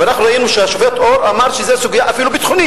ואנחנו ראינו שהשופט אור אמר שזו אפילו סוגיה ביטחונית.